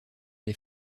les